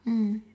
mm